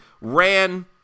ran